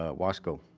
ah wasco